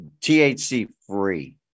THC-free